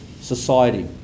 society